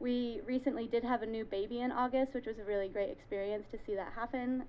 we recently did have a new baby in august which was a really great experience to see that happen